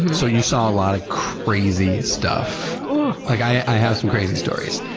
so you saw a lot of crazy stuff. like i have some crazy stories.